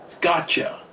gotcha